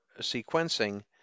sequencing